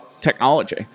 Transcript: technology